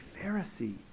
Pharisee